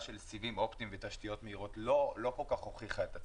של סיבים אופטיים ותשתיות מהירות לא כל כך הוכיחה את עצמה.